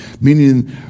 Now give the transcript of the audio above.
meaning